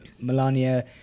Melania